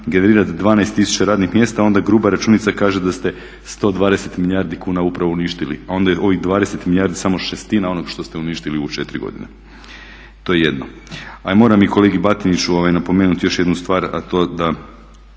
generirati 12 tisuća radnih mjesta, onda gruba računica kaže da ste 120 milijardi kuna upravo uništili a onda je ovih 20 milijardi samo šestina onog što ste uništili u 4 godine. To je jedno. A moram i kolegi Batiniću napomenuti još jednu stvar a to da